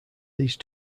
these